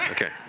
Okay